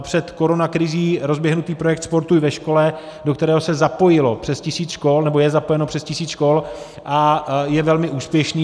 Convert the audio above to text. Před koronakrizí byl rozběhnutý projekt sportu i ve škole, do kterého se zapojilo přes tisíc škol, nebo je zapojeno přes tisíc škol, a je velmi úspěšný.